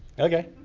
okay,